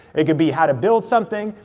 it could be how to build something,